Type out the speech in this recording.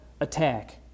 attack